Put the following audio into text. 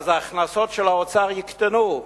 ואז ההכנסות של האוצר יקטנו,